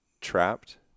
trapped